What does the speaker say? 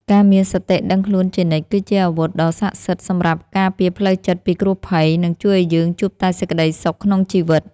ការមានសតិដឹងខ្លួនជានិច្ចគឺជាអាវុធដ៏សក្ដិសិទ្ធិសម្រាប់ការពារផ្លូវចិត្តពីគ្រោះភ័យ និង ជួយឱ្យយើងជួបតែសេចក្តីសុខក្នុងជីវិត។